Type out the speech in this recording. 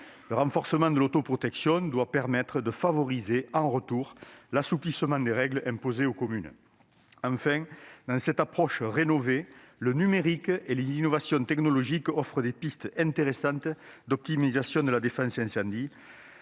Le renforcement de l'autoprotection doit favoriser, en retour, l'assouplissement des règles imposées aux communes. Enfin, dans cette approche rénovée, le numérique et les innovations technologiques offrent des pistes intéressantes d'optimisation de la défense contre